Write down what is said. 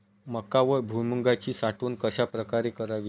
मका व भुईमूगाची साठवण कशाप्रकारे करावी?